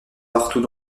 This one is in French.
partout